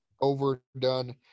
overdone